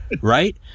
right